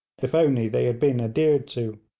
if only they had been adhered to.